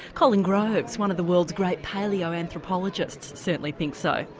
colin groves, one of the world's great paleoanthropologists, certainly thinks so.